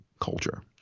culture